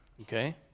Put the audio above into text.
Okay